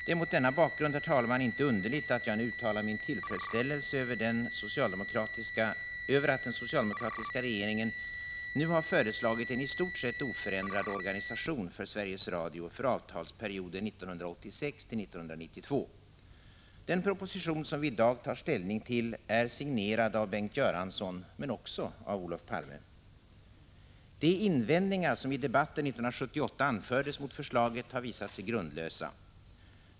Det är mot denna bakgrund, herr talman, inte underligt att jag i dag uttalar min tillfredsställelse över att den socialdemokratiska regeringen nu föreslagit en i stort sett oförändrad organisation för Sveriges Radio för avtalsperioden 1986-1992. Den proposition som vi i dag tar ställning till är signerad av Bengt Göranssson, men också av Olof Palme. De invändningar som i debatten 1978 anfördes mot förslaget har visat sig grundlösa.